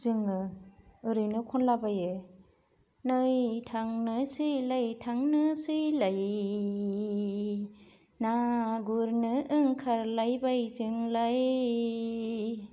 जोङो ओरैनो खनलाबायो नै थांनोसैलाय थांनोसैलाय ना गुरनो ओंखारलायबाय जोंलाय